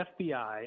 FBI